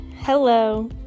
Hello